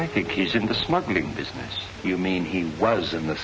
i think he's in the smuggling business you mean he was in the